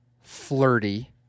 flirty